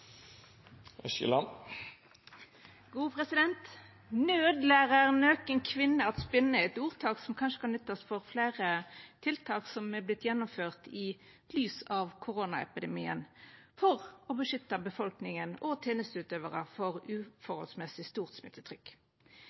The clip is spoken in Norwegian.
spinne» er eit ordtak som kanskje kan nyttast for fleire tiltak som er vortne gjennomførte i lys av koronapandemien for å beskytta befolkninga og tenesteutøvarar frå uforholdsmessig stort smittetrykk.